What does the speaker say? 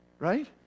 Right